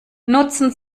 nutzen